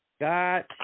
got